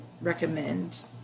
recommend